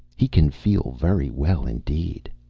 he can feel very well indeed!